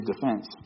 defense